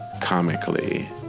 comically